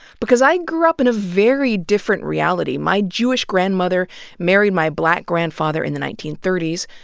because i grew up in a very different reality. my jewish grandmother married my black grandfather in the nineteen thirty s,